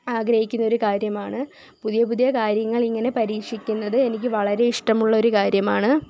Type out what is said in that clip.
ആഗ്രഹിക്കുന്നൊരു കാര്യമാണ് പുതിയ പുതിയ കാര്യങ്ങളിങ്ങനെ പരീക്ഷിക്കുന്നത് എനിക്ക് വളരെ ഇഷ്ടമുള്ള ഒര് കാര്യമാണ്